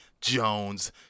jones